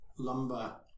lumber